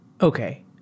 okay